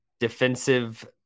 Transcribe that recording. Defensive